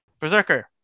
Berserker